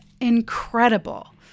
incredible